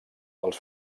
els